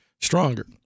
stronger